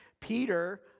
Peter